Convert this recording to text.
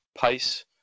pace